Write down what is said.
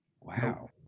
Wow